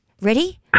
Ready